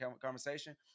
conversation